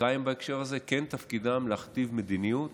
הפוליטיקאים בהקשר הזה, כן תפקידם להכתיב מדיניות